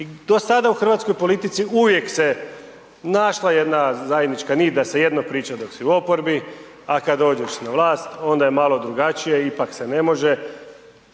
Do sada u hrvatskoj politici uvijek se našla jedna zajednička nit da se jedno priča dok si u oporbi a kada dođeš na vlast onda je malo drugačije, ipak se ne može.